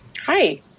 hi